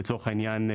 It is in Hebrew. לצורך העניין,